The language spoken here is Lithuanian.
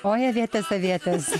oi avietės avietės